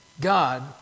God